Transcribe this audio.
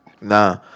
Nah